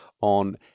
on